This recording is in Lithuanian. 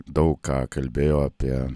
daug ką kalbėjo apie